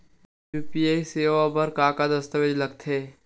UPI सेवा बर का का दस्तावेज लगथे?